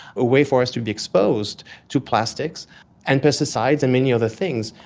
a way for us to be exposed to plastics and pesticides and many other things,